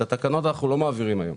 את התקנות אנחנו לא מעבירים היום,